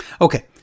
Okay